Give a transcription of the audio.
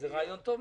זה רעיון טוב.